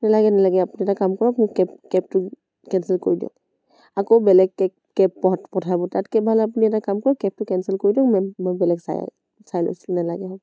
নেলাগে নেলাগে আপুনি এটা কাম কৰক মোক কেবটো কেঞ্চেল কৰি দিয়ক আকৌ বেলেগ কে কেব পঠাব তাতকৈ ভাল আপুনি এটা কাম কৰক কেবটো কেঞ্চেল কৰি দিয়ক মই বেলেগ চাই চাই লৈছোঁ নেলাগে